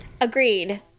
Agreed